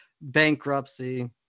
bankruptcy